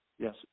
Yes